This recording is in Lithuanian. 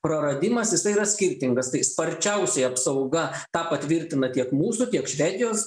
praradimas jisai yra skirtingas tai sparčiausiai apsauga tą patvirtina tiek mūsų tiek švedijos